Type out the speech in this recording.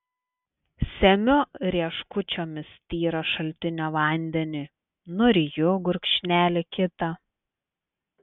semiu rieškučiomis tyrą šaltinio vandenį nuryju gurkšnelį kitą